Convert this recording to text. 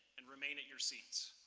and remain at your seats.